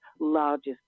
largest